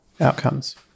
outcomes